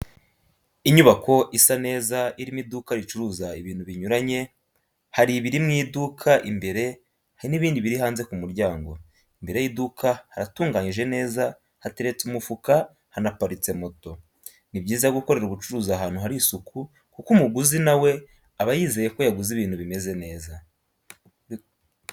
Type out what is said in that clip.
Inyubako isa neza irimo iduka ricuruza ibintu binyuranye hari ibiri MU iduka imbere hari n'ibindi biri hanze ku muryango, imbere y'iduka haratunganyije neza hateretse umufuka hanaparitse moto. Ni byiza gukorera ubucuruzi ahantu hari isuku kuko umuguzi nawe aba yizeye ko yaguze ibintu bimeze neza.